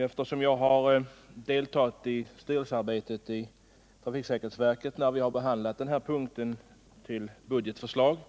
Eftersom jag har deltagit i styrelsearbetet i trafiksäkerhetsverket när den här punkten behandlades i samband med uppgörandet av budgetförslaget